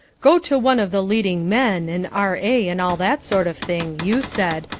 go to one of the leading men an r a. and all that sort of thing you said,